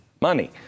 money